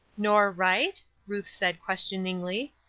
nor right? ruth said, questioningly.